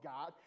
God